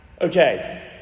Okay